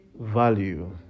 Value